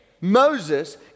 Moses